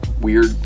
weird